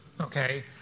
okay